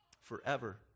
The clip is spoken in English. Forever